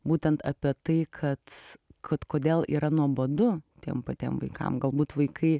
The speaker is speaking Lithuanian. būtent apie tai kad kad kodėl yra nuobodu tiem patiem vaikam galbūt vaikai